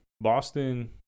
Boston